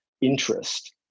interest